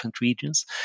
regions